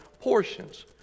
portions